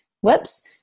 Whoops